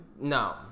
No